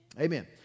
Amen